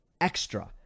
Extra